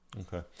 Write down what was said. Okay